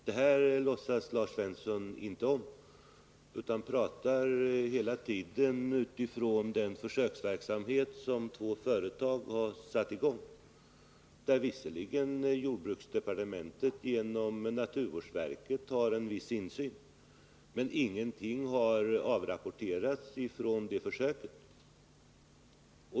Det här låtsas Lars Svensson inte om utan talar hela tiden om den försöksverksamhet som två företag har satt i gång. Visserligen har jordbruksdepartementet genom naturvårdsverket en viss insyn, men ingenting har avrapporterats från det försöket.